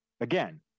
Again